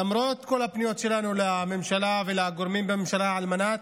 למרות כל הפניות שלנו לממשלה ולגורמים בממשלה לא להרוס